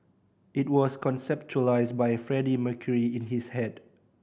it was conceptualised by Freddie Mercury in his head